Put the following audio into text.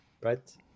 right